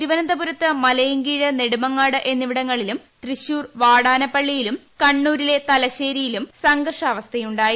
തിരുവനന്ത പുരത്ത് മലയിൻകീഴ് നെടുമങ്ങാട് എന്നിവിടങ്ങളിലും തൃശൂർ വാടാനപ്പള്ളിയിലും കണ്ണൂരിലെ തലശ്ശേരിയിലും കാസർകോട്ടും സംഘർഷാവസ്ഥയുായി